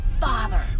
father